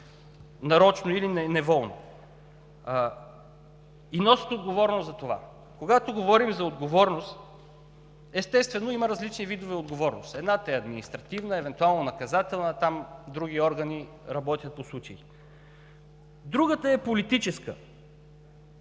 нарочно или неволно. И носят отговорност за това. Когато говорим за отговорност, естествено, има различни видове отговорност – едната е административна, евентуално наказателна, там други органи работят по случаи, другата е политическа.